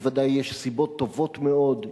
בוודאי יש סיבות טובות מאוד,